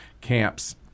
camps